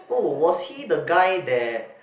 oh was he the guy that